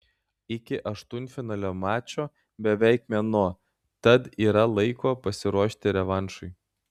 iki aštuntfinalio mačo beveik mėnuo tad yra laiko pasiruošti revanšui